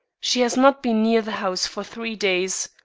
she has not been near the house for three days.